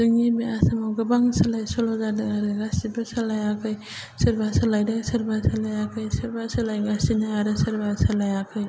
जोंनि बे आसामाव गोबां सोलाय सोल' जादों आरो गासिबो सोलायाखै सोरबा सोलायदों सोरबा सोलायाखै सोरबा सोलायगासिनो आरो सोरबाया सोलायाखै